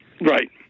Right